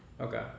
Okay